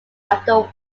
after